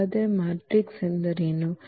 ಹಾಗಾದರೆ ಮ್ಯಾಟ್ರಿಕ್ಸ್ ಎಂದರೇನು